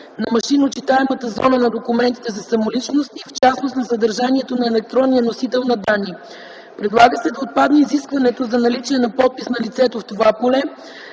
на машинночитаемата зона на документите за самоличност и в частност на съдържанието на електронния носител на данни. Предлага се да отпадне изискването за наличие на подпис на лицето в това поле,